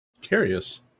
curious